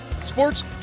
sports